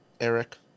Eric